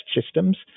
systems